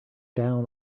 down